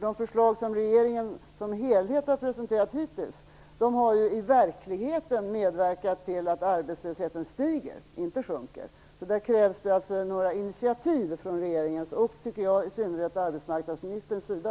De förslag som regeringen som helhet har presenterat hittills har i verkligheten medverkat till att arbetslösheten stiger - inte sjunker. Det krävs initiativ från regeringens och i synnerhet arbetsmarknadsministerns sida.